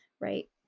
Right